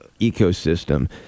ecosystem